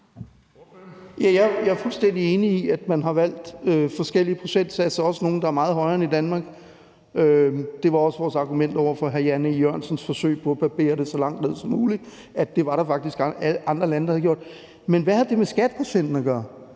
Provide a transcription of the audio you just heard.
Jeg er fuldstændig enig i, at man har valgt forskellige procentsatser, også nogle, der er meget højere end i Danmark. Det var også vores argument over for hr. Jan E. Jørgensens forsøg på at barbere det så langt ned som muligt, altså at det var der faktisk andre lande der havde gjort. Men hvad har det med skatteprocenten at gøre?